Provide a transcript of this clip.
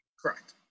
Correct